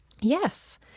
Yes